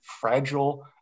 fragile